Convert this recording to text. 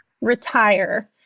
retire